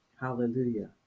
Hallelujah